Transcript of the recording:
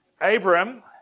Abram